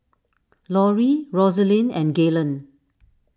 Lauri Roselyn and Galen